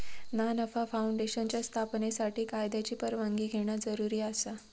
ना नफा फाऊंडेशनच्या स्थापनेसाठी कायद्याची परवानगी घेणा जरुरी आसा